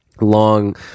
long